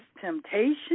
temptation